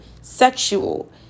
sexual